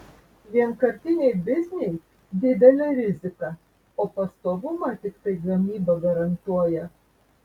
vienkartiniai bizniai didelė rizika o pastovumą tiktai gamyba garantuoja